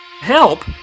Help